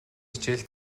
хичээл